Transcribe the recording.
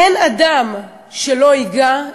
אין אדם שלא ייגע,